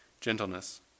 gentleness